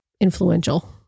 influential